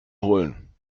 holen